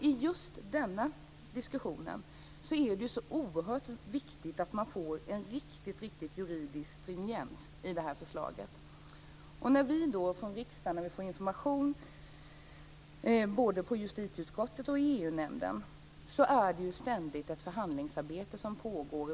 I just denna diskussion är det oerhört viktigt att få en riktigt juridisk stringens i förslaget. När vi i riksdagen får information i justitieutskottet och i EU nämnden är det ständigt ett förhandlingsarbete som pågår.